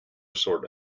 sort